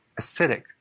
acidic